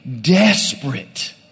desperate